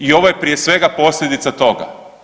I ovo je prije svega posljedica toga.